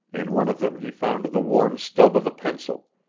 in one of them he found the worn stub of a pencil,